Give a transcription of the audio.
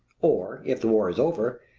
or if the war is over,